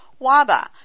Waba